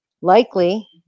likely